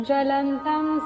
Jalantam